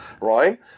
Right